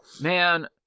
Man